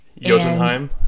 Jotunheim